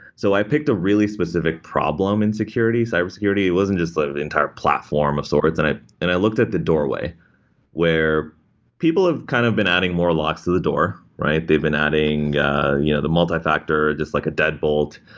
so i picked a really specific problem in security, cyber security. it wasn't just sort of the entire platform of sorts, and i and i looked at the doorway where people have kind of been adding more locks to the door. they've been adding you know the multifactor, just like a deadbolt.